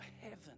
heaven